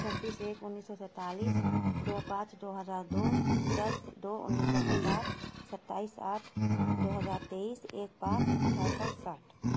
چھبیس ایک انیس سو سینتالیس دو پانچ دو ہزار دو دس دو انیس سو پچاس ستائیس آٹھ دو ہزار تئیس ایک پانچ اٹھارہ سو ساٹھ